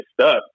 stuck